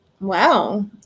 wow